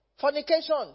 Fornication